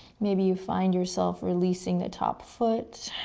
maybe you find yourself releasing a top foot.